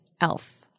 elf